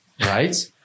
right